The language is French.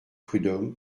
prud’homme